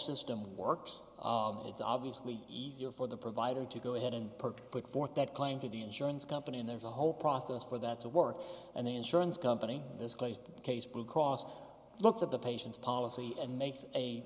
system works of it's obviously easier for the provider to go ahead and put forth that claim to the insurance company and there's a whole process for that to work and the insurance company this case case because lots of the patients policy and makes